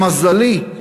למזלי,